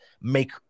make